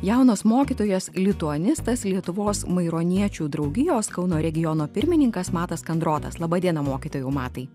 jaunas mokytojas lituanistas lietuvos maironiečių draugijos kauno regiono pirmininkas matas kandrotas laba diena mokytojau matai